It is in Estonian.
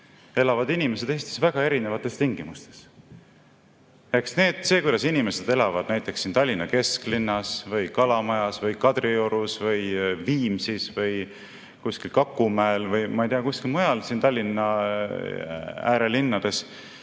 elavad inimesed Eestis väga erinevates tingimustes. See, kuidas inimesed elavad näiteks Tallinna kesklinnas, Kalamajas, Kadriorus, Viimsis või kuskil Kakumäel või, ma ei tea, kuskil mujal Tallinna äärelinnades,